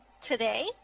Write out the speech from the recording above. today